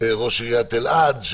ראש עיריית אלעד,